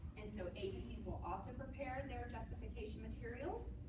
and so agencies will also prepare their justification materials.